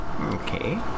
Okay